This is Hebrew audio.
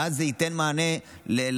ואז זה ייתן מענה למצוקות.